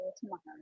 tomorrow